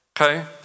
okay